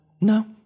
No